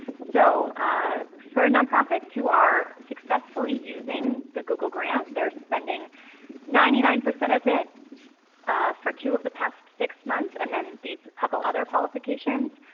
so for nonprofits who are successfully using the google grant and they're spending ninety nine percent of it for two of the past six months, and then these couple other qualifications,